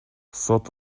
сот